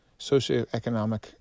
socioeconomic